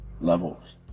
levels